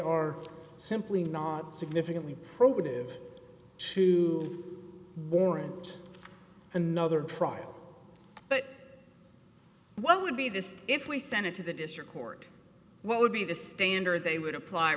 are simply not significantly probative to warrant another trial but what would be this if we sent it to the district court what would be the standard they would apply